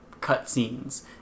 cutscenes